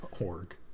.org